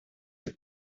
как